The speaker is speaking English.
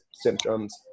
symptoms